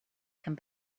come